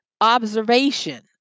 observation